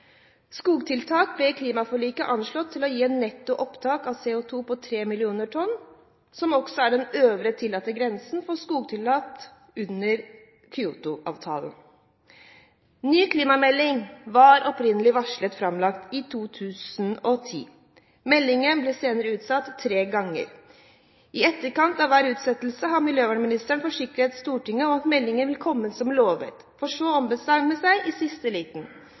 Skogtiltak ble i klimaforliket anslått å gi et netto opptak av CO2 på 3 millioner tonn, som også er den øvre tillatte grensen for skogtiltak under Kyoto-avtalen. Ny klimamelding var opprinnelig varslet framlagt i 2010. Meldingen har senere blitt utsatt tre ganger. I etterkant av hver utsettelse har miljøvernministeren forsikret Stortinget om at meldingen vil komme som lovet, for så å ombestemme seg i siste liten.